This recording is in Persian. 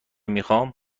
میخام